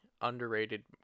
underrated